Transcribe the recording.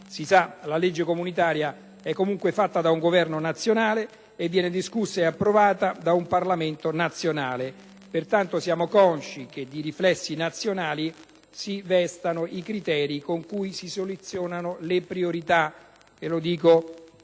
Si sa, la legge comunitaria è comunque fatta da un Governo nazionale, e viene discussa e approvata da un Parlamento nazionale, pertanto siamo consci che di riflessi nazionali si vestano i criteri con cui si selezionano le priorità, e a tal